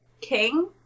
King